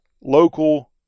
local